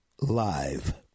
Live